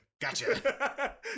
gotcha